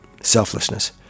selflessness